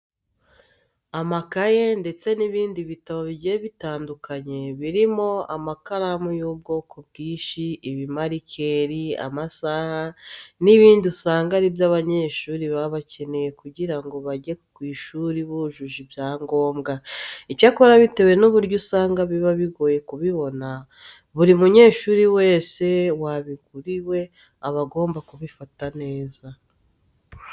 Amakayi ndetse n'ibindi bitabo bigiye bitandukanye birimo amakaramu y'ubwoko bwinshi, ibimarikeri, amasaha n'ibindi usanga ari byo abanyeshuri baba bakeneye kugira ngo bajye ku ishuri bujuje ibyangombwa. Icyakora bitewe n'uburyo usanga biba bigoye kubibona, buri munyeshuri wese wabiguriwe aba agomba kubifata neza.